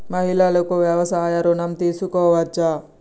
మహిళలు వ్యవసాయ ఋణం తీసుకోవచ్చా?